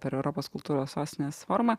per europos kultūros sostinės forumą